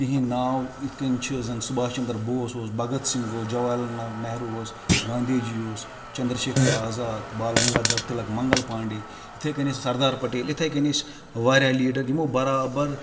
تِہِنٛدۍ ناو یِتھ کَنۍ چھِ زَن سُبھاش چندر بوس اوس بگت سِنٛگھ اوس جواہر لال نہروٗ اوس گاندی جی اوس چندر شیکھَر آزاد بال گنگادر تِلک منٛگل پانڈے یِتھَے کَنۍ ٲسۍ سردار پَٹیل یِتھَے کَنۍ ٲسۍ واریاہ لیٖڈَر یِمو برابر